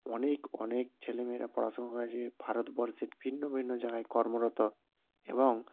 অনেক অনেক ছেলেমেয়েরা পড়াশুনো করেছে ভারতবর্ষের ভিন্ন ভিন্ন জায়গায় কর্মরত এবং